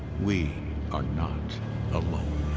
we are not alone.